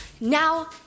Now